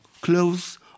clothes